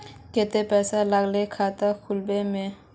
केते पैसा लगते खाता खुलबे में?